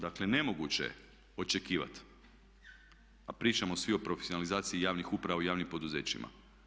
Dakle nemoguće je očekivati a pričamo svi o profesionalizaciji javnih uprava u javnim poduzećima.